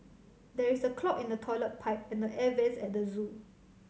there is a clog in the toilet pipe and the air vents at the zoo